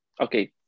okay